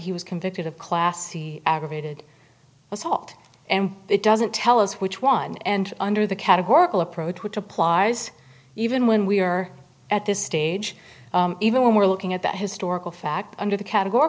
he was convicted of class c aggravated assault and it doesn't tell us which one and under the categorical approach which applies even when we are at this stage even when we're looking at that historical fact under the categor